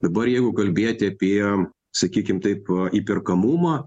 dabar jeigu kalbėti apie sakykim taip pat įperkamumą